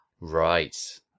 Right